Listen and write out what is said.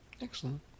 Excellent